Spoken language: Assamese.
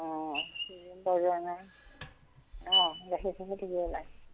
অঁ কৃত্ৰিম প্ৰজনন গাখীৰ চাখীৰ ঠিকেই ওলায়